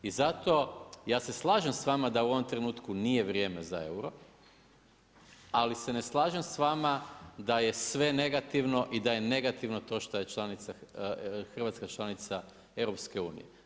I zato, ja se slažem s vama, da u ovom trenutku nije vrijeme za euro, ali se ne slažem s vama da je sve negativno i da je negativno to što je Hrvatska članica EU.